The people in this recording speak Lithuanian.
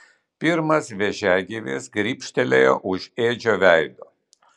pirmas vėžiagyvis grybštelėjo už edžio veido